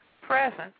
present